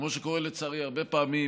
כמו שקורה לצערי הרבה פעמים,